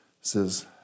says